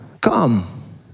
Come